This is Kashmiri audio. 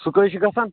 سُہ کٔہیہِ چھُ گژھان